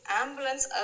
ambulance